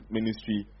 ministry